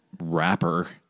rapper